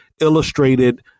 illustrated